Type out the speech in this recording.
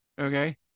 Okay